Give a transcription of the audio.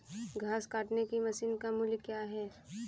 घास काटने की मशीन का मूल्य क्या है?